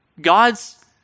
God's